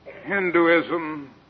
Hinduism